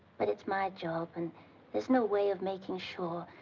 but it's my job. and there's no way of making sure.